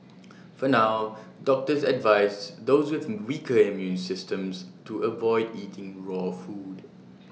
for now doctors advise those with weaker immune systems to avoid eating raw food